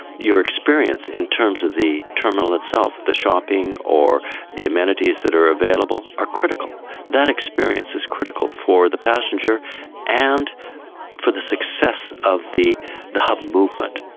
your experience in terms of the terminal itself, the shopping or the amenities that are available are critical. that experience is critical for the passenger and for the success of the hub hub movement.